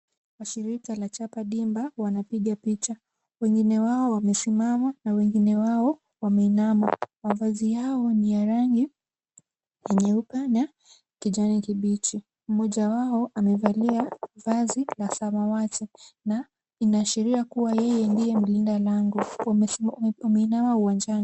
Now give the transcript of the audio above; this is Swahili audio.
Washirika la Chapa Dimba wanapiga picha. Wengine wao wamesimama na wengine wao wameinama. Mavazi yao ni ya rangi ya nyeupe na kijani kibichi. Mmoja wao amevalia vazi la samawati na inaashiria kuwa yeye ndiye mlinda lango. Wameinama uwanjani.